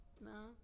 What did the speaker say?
No